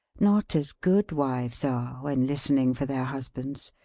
not as good wives are, when listening for their husbands.